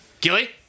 Gilly